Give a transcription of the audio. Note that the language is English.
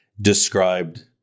described